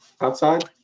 outside